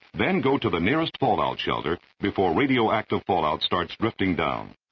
then go to the nearest fallout shelter before radioactive fallout starts drifting down.